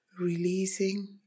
releasing